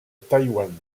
taïwan